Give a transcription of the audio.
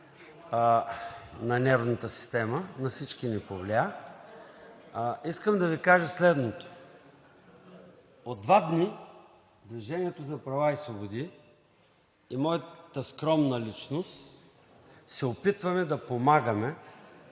на нервната система, на всички ни повлия. Искам да Ви кажа следното: от два дни „Движението за права и свободи“ и моята скромна личност се опитваме да помагаме